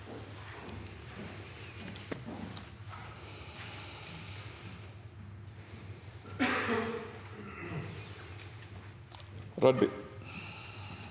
Rødby